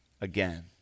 again